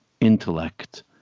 intellect